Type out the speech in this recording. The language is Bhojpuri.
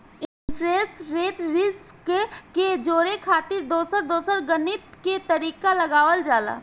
इंटरेस्ट रेट रिस्क के जोड़े खातिर दोसर दोसर गणित के तरीका लगावल जाला